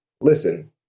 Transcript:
listen